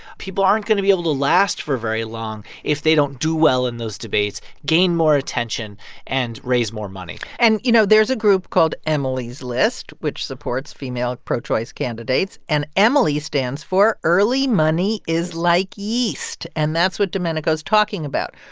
people aren't going to be able to last for very long if they don't do well in those debates, gain more attention and raise more money and, you know, there's a group called emily's list, which supports female pro-choice candidates. and emily stands for early money is like yeast. and that's what domenico's talking about.